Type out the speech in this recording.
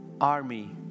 army